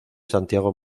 santiago